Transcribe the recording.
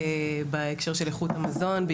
בהקשר של איכות המזון,